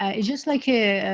ah just like a. a.